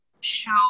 show